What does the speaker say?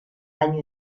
año